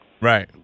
Right